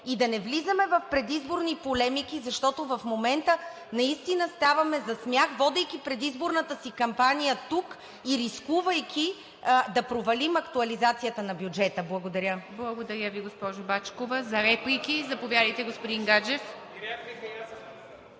и да не влизаме в предизборни полемики, защото в момента наистина ставаме за смях, водейки предизборната си кампания тук и рискувайки да провалим актуализацията на бюджета. Благодаря. ПРЕДСЕДАТЕЛ ИВА МИТЕВА: Благодаря Ви, госпожо Бачкова. Реплики? Заповядайте, господин Гаджев.